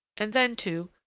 and then, too,